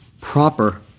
proper